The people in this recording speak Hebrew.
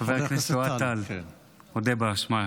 חבר הכנסת אוהד טל, על זה נאמר